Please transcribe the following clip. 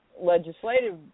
legislative